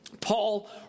Paul